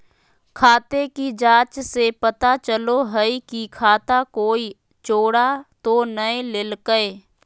खाते की जाँच से पता चलो हइ की खाता कोई चोरा तो नय लेलकय